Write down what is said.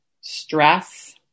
stress